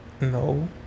no